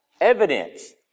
evidence